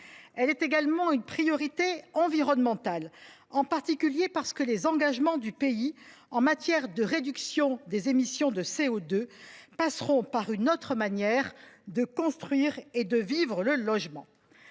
Elle est également une priorité environnementale, en particulier parce que les engagements du pays en matière de réduction des émissions de CO2 passeront par une autre manière de construire et de vivre le logement.